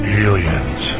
aliens